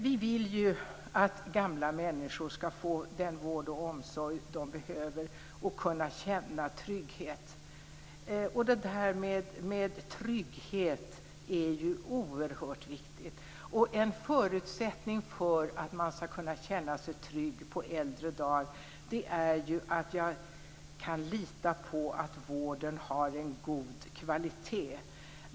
Vi vill ju att gamla människor skall få den vård och omsorg som de behöver och att de skall kunna känna trygghet. Det här med trygghet är oerhört viktigt. En förutsättning för att man på äldre dar skall kunna känna sig trygg är att man kan lita på att vården har en god kvalitet.